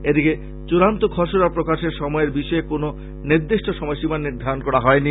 এদিকে চূড়ান্ত খসড়া প্রকাশের সময়ের বিষয়ে এখনো কোন নির্দিষ্ট সময়সীমা নির্ধারন করা হয়নি